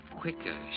quicker